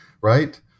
right